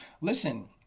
listen